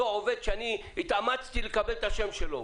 שאני התאמצתי לקבל את השם שלו.